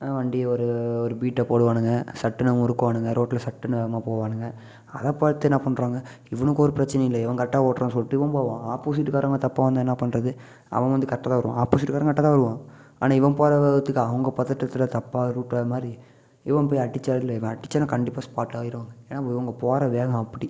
வண்டி ஒரு ஒரு பீட்டை போடுவானுங்க சட்டுன்னு முருக்குவானுங்க ரோட்டில் சட்டுன்னு வேகமாக போவானுங்க அதை பார்த்து என்ன பண்ணுறாங்க இவனுக்கு ஒரு பிரச்சனையும் இல்லை இவன் கரெக்டாக ஓட்டுறான் சொல்லிட்டு இவன் போவான் ஆப்போசிட்டுகாரவங்க தப்பாக வந்தால் என்ன பண்ணுறது அவன் வந்து கரெக்டாகதான் வருவான் ஆப்போசிட்டுகாரன் கரெக்டாகதான் வருவான் ஆனால் இவன் போற வேகத்துக்கு அவங்க பதட்டத்தில் தப்பாக ரூட்டமாதிரி இவன் போய் அடிச்ச அடியில் இவன் அடிச்சானா கண்டிப்பாக ஸ்பாட் ஆயிருவாங்க ஏன்னா இவங்க போகற வேகம் அப்படி